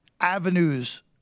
avenues